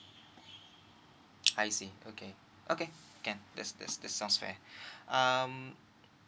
I see okay okay can that's that's that sounds fair um